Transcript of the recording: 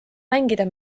mängida